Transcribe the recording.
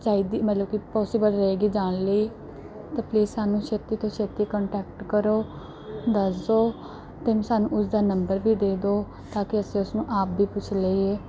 ਚਾਹੀਦੀ ਮਤਲਬ ਕਿ ਪੋਸੀਬਲ ਰਹੇਗੀ ਜਾਣ ਲਈ ਤਾਂ ਪਲੀਜ਼ ਸਾਨੂੰ ਛੇਤੀ ਤੋਂ ਛੇਤੀ ਕੋਂਟੈਕਟ ਕਰੋ ਦੱਸ ਦਿਓ ਅਤੇ ਸਾਨੂੰ ਉਸ ਦਾ ਨੰਬਰ ਵੀ ਦੇ ਦਿਓ ਤਾਂਕਿ ਅਸੀਂ ਉਸ ਨੂੰ ਆਪ ਵੀ ਪੁੱਛ ਲਈਏ